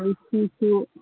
ꯑꯗꯒꯤ ꯁꯤꯁꯨ